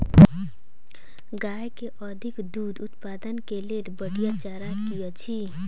गाय केँ अधिक दुग्ध उत्पादन केँ लेल बढ़िया चारा की अछि?